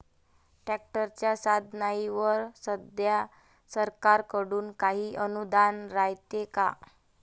ट्रॅक्टरच्या साधनाईवर सध्या सरकार कडून काही अनुदान रायते का?